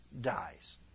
dies